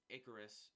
Icarus